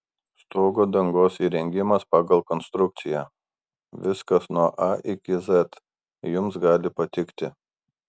stogo dangos įrengimas pagal konstrukciją viskas nuo a iki z jums gali patikti